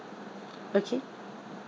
okay